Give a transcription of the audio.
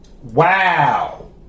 Wow